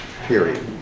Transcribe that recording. period